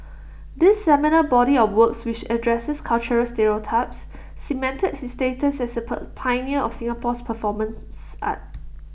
this seminal body of works which addresses cultural stereotypes cemented his status as A per pioneer of Singapore's performance art